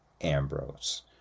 Ambrose